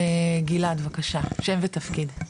גלעד, בבקשה, שם ותפקיד.